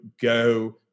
go